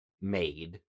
made